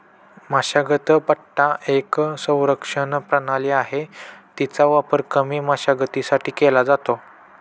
मशागत पट्टा एक संरक्षण प्रणाली आहे, तिचा वापर कमी मशागतीसाठी केला जातो